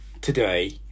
today